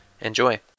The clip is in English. enjoy